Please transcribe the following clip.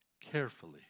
carefully